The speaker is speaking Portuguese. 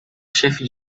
chefe